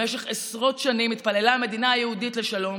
במשך עשרות שנים התפללה המדינה היהודית לשלום,